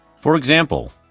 for example,